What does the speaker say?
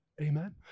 Amen